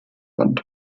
fand